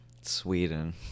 Sweden